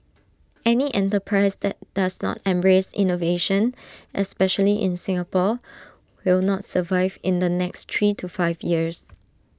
any enterprise that does not embrace innovation especially in Singapore will not survive in the next three to five years